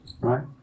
right